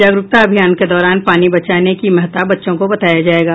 जागरूकता अभियान के दौरान पानी बचाने की महता बच्चों को बताया जायेगा